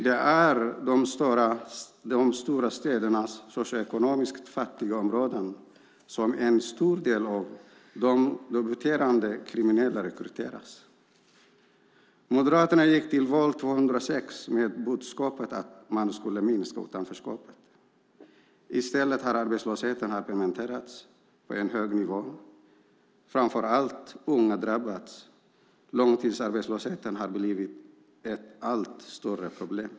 Det är i de stora städernas socioekonomiskt fattiga områden som en stor del av de debuterande kriminella rekryteras. Moderaterna gick till val 2006 med budskapet att man skulle minska utanförskapet. I stället har arbetslösheten permanentats på en hög nivå. Framför allt har unga drabbats. Långtidsarbetslösheten har blivit ett allt större problem.